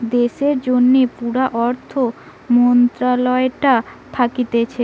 দেশের জন্যে পুরা অর্থ মন্ত্রালয়টা থাকছে